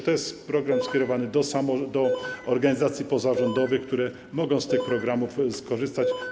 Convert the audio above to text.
To jest program skierowany do organizacji pozarządowych, które mogą z tych programów skorzystać.